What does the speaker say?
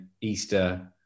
Easter